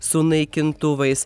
su naikintuvais